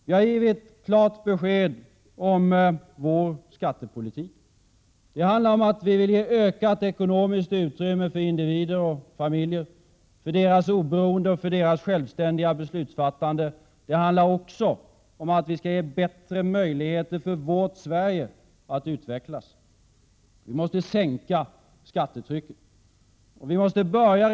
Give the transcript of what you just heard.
Vi moderater har givit klart besked om vår skattepolitik. Det handlar om att ge ökat ekonomiskt utrymme för individer och familjer, för deras oberoende och deras självständiga beslutsfattande. Det handlar också om att ge bättre möjligheter för vårt Sverige att utvecklas. Skattetrycket i Sverige måste sänkas.